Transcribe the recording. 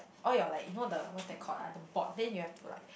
all your like you know the what's that called ah the board then you have to like